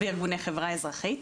וארגוני חברה אזרחית.